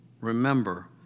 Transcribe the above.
remember